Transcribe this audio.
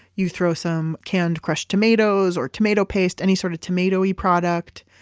you throw some canned crushed tomatoes or tomato paste, any sort of tomatoey product.